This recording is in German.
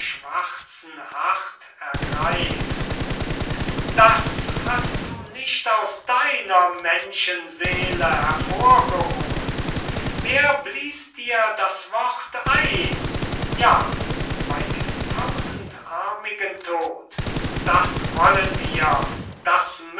das hast du nicht aus deiner menschenseele hervorgeholt wer blies dir das wort ein ja bey dem tausendarmigen tod das wollen wir das